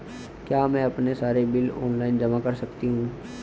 क्या मैं अपने सारे बिल ऑनलाइन जमा कर सकती हूँ?